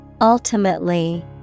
Ultimately